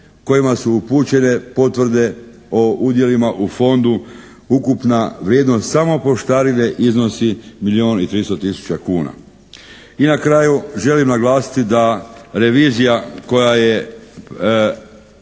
kojima su upućene potvrde o udjelima u fondu, ukupna vrijednost samo poštarine iznosi milijun i 300 tisuća kuna. I na kraju želim naglasiti da revizija koja je